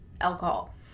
alcohol